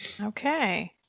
Okay